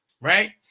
Right